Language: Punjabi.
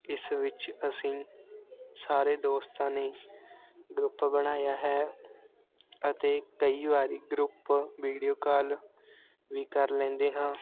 ਇਸ ਵਿੱਚ ਅਸੀਂ ਸਾਰੇ ਦੋਸਤਾਂ ਨੇ ਗਰੁੱਪ ਬਣਾਇਆ ਹੈ ਅਤੇ ਕਈ ਵਾਰੀ ਗਰੁੱਪ ਵੀਡੀਓ ਕਾਲ ਵੀ ਕਰ ਲੈਂਦੇ ਹਾਂ